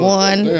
one